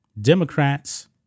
Democrats